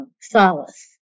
solace